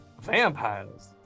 Vampires